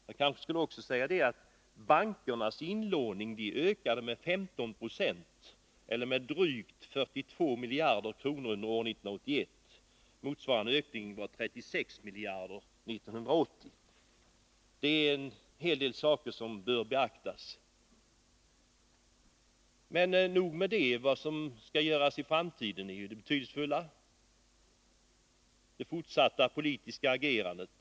Jag vill slutligen peka på att bankernas inlåning ökade med 15 96, eller med drygt 42 miljarder kronor, under år 1981. Motsvarande ökning var 36 miljarder 1980. Detta var något som visar 1981 års resultat. Det är alltså en hel del saker som bör beaktas. Men nog med det. Det betydelsefulla är ju vad som skall göras i framtiden, dvs. det fortsatta politiska agerandet.